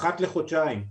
אחת לחודשיים.